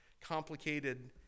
complicated